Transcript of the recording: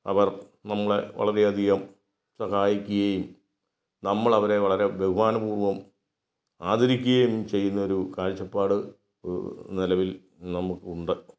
അവർ നമ്മളെ വളരെയധികം സഹായിക്കുകയും നമ്മളവരെ വളരെ ബഹുമാനപൂർവ്വം ആദരിക്കുകയും ചെയ്യുന്നൊരു കാഴ്ചപ്പാട് നിലവിൽ നമുക്കുണ്ട്